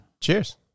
Cheers